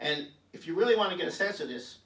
and if you really want to get a sense of this